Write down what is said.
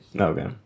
Okay